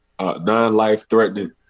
non-life-threatening